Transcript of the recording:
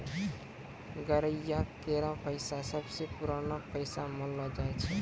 गड़ेरिया केरो पेशा सबसें पुरानो पेशा मानलो जाय छै